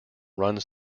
runs